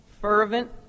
fervent